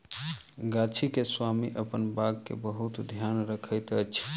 गाछी के स्वामी अपन बाग के बहुत ध्यान रखैत अछि